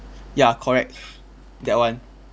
ya correct that one